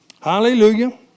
Hallelujah